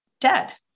dead